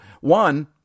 one